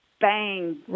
bang